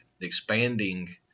expanding